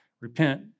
Repent